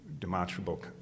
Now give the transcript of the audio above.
demonstrable